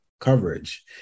coverage